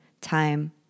time